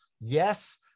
yes